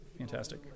fantastic